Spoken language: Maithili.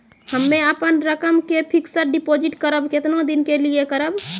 हम्मे अपन रकम के फिक्स्ड डिपोजिट करबऽ केतना दिन के लिए करबऽ?